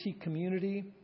community